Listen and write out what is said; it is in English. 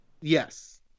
Yes